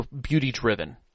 beauty-driven